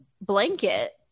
blanket